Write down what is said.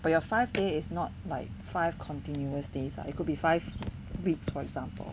but your five day is not like five continuous days or it could be five weeks for example